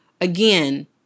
again